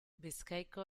bizkaiko